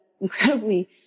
incredibly